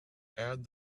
add